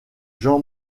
jean